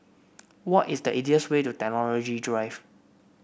what is the easiest way to Technology Drive